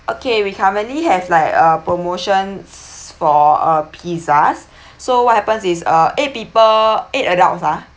okay we currently have like a promotions for uh pizzas so what happens is uh people eight adults ah